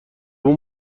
اون